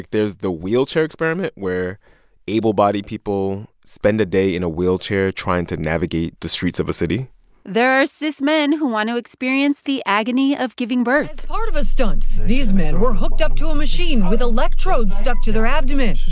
there's the wheelchair experiment, where able-bodied people spend a day in a wheelchair, trying to navigate the streets of a city there are cismen who want to experience the agony of giving birth as part of a stunt, these men were hooked up to a machine with electrodes stuck to their abdomen,